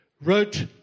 wrote